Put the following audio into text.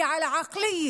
בנויה על מנטליות.